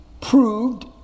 proved